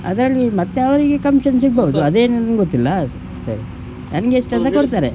ಅದರಲ್ಲಿಯೂ ಮತ್ತು ಅವರಿಗೆ ಕಮಿಷನ್ ಸಿಗ್ಬಹುದು ಅದೇನು ನನಗೊತ್ತಿಲ್ಲ ನನಗೆ ಇಷ್ಟಂತ ಕೊಡ್ತಾರೆ